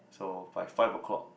so five five o-clock